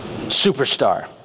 superstar